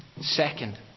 Second